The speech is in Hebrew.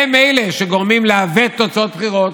הם שגורמים לעיוות תוצאות בחירות,